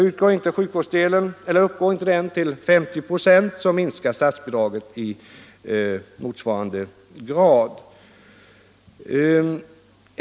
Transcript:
Uppgår inte sjukvårdsdelen till 50 96 minskas statsbidraget i motsvarande grad.